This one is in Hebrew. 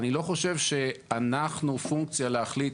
אני לא חושב שאנחנו פונקציה להחליט